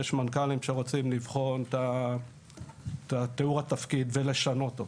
יש מנכ"ל כשרוצים לבחון את תיאור התפקיד ולשנות אותו,